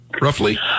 roughly